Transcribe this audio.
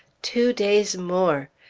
two days more!